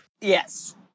Yes